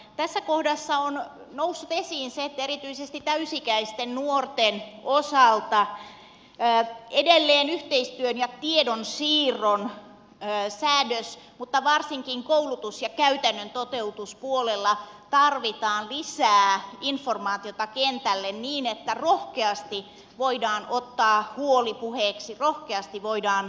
tässä kohdassa on noussut esiin erityisesti täysi ikäisten nuorten osalta edelleen yhteistyön ja tiedonsiirron säädös mutta varsinkin koulutus ja käytännön toteutuspuolella tarvitaan lisää informaatiota kentälle niin että rohkeasti voidaan ottaa huoli puheeksi rohkeasti voidaan liputtaa